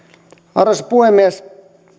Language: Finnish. arvoisa puhemies